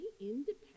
independent